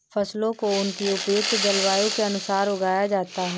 फसलों को उनकी उपयुक्त जलवायु के अनुसार उगाया जाता है